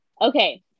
Okay